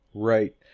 right